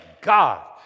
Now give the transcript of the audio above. God